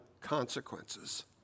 consequences